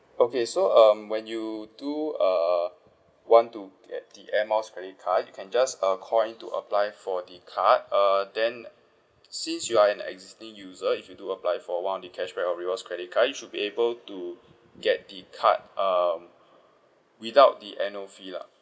okay so um when you do err want to get the air miles credit card you can just uh call in to apply for the card uh then since you are an existing user if you do apply for one of the cashback or rewards credit card you should be able to get the card um without the annual fee lah